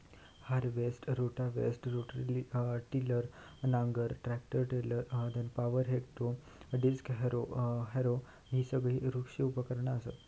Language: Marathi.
हार्वेस्टर, रोटावेटर, रोटरी टिलर, नांगर, tractor trailer, power harrow, disc harrow हि सगळी कृषी उपकरणा असत